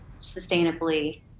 sustainably